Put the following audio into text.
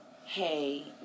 Hey